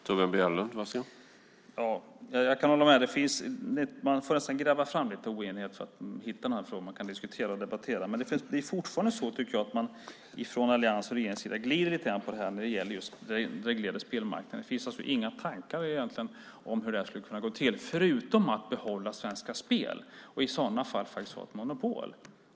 Herr talman! Jag kan hålla med Göran Montan om att man nästan får gräva fram lite oenighet för att hitta några frågor som man kan diskutera och debattera. Men jag tycker fortfarande att man från alliansens och regeringens sida glider lite grann när det gäller att reglera spelmarknaden. Det finns egentligen inga tankar om hur detta skulle kunna gå till förutom att man ska behålla Svenska Spel och i så fall faktiskt ha ett monopol.